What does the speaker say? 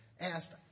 asked